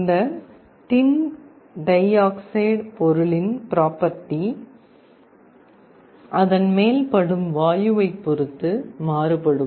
இந்த tin dioxide பொருளின் property அதன்மேல் படும் வாயுவைப் பொருத்து மாறுபடும்